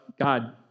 God